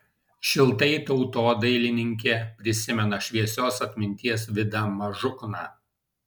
šiltai tautodailininkė prisimena šviesios atminties vidą mažukną